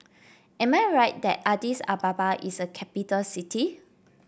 am I right that Addis Ababa is a capital city